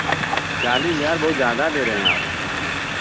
चालीस हज़ार बहुत ज़्यादा दे रहें आप